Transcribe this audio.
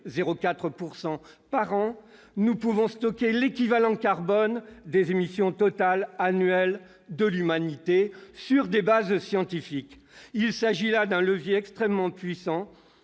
0,4 % par an, nous pouvons stocker l'équivalent carbone des émissions totales annuelles de l'Humanité. Il s'agit d'un levier extrêmement puissant